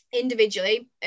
Individually